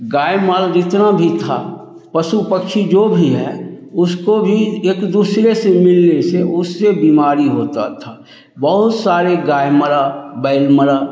गाय मल जितना भी था पशु पक्षी जो भी हैं उसको भी एक दूसरे से मिलने से उससे बीमारी होती थी बहुत सारी गाय मरी बैल मरे